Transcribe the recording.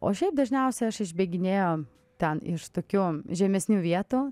o šiaip dažniausia aš bėginėju ten iš tokių žemesnių vietų